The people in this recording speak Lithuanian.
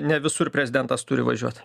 ne visur prezidentas turi važiuot